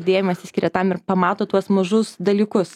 didelį dėmesį skiria tam ir pamato tuos mažus dalykus